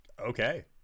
okay